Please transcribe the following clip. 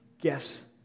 gifts